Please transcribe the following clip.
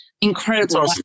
incredible